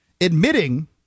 Admitting